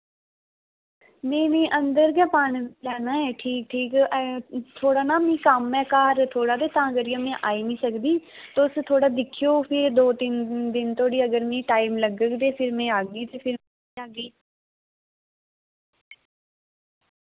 नेईं नेईं अंदर गै पाने पाना ऐ ठीक ठीक अजें थोह्ड़ा ना मि कम्म ऐ घर थोह्ड़ा ते तां करियै मैं आई नी सकदी तुस थोह्ड़ा दिक्खेओ के दो तिन दिन धोड़ी अगर मि टाइम लग्गग ते फिर मैं आगी ते फिर